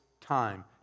time